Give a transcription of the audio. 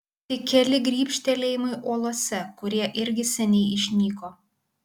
tik keli grybštelėjimai uolose kurie irgi seniai išnyko